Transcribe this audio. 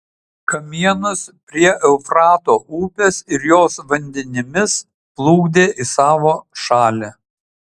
kamienus prie eufrato upės ir jos vandenimis plukdė į savo šalį